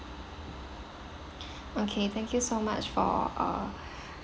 okay thank you so much for uh